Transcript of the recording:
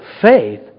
Faith